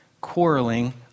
quarreling